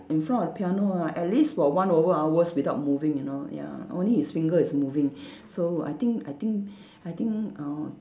in front of piano ah at least for one over hours without moving you know ya only his finger is moving so I think I think I think uh